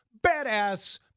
badass